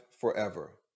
forever